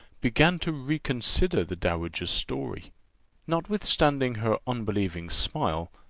began to reconsider the dowager's story notwithstanding her unbelieving smile,